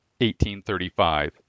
1835